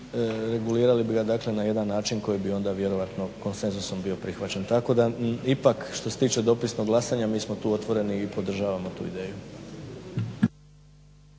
regulirali bi ga na jedan način koji bi onda vjerojatno konsenzusom bio prihvaćen. Tako da ipak što se tiče dopisnog glasanja mi smo tu otvoreni i podržavamo tu ideju.